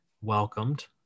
welcomed